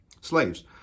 Slaves